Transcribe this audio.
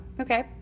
Okay